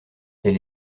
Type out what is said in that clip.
elle